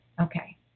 okay